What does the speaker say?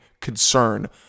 concern